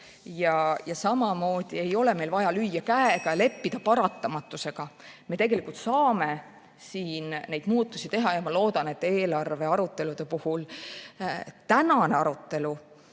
Samamoodi ei ole meil vaja lüüa käega ja leppida paratamatusega. Me tegelikult saame siin neid muutusi teha. Ma loodan, et eelarvearutelude puhul tuleb tänane arutelu